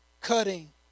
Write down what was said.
cutting